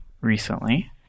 recently